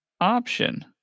option